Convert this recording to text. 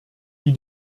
die